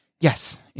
yes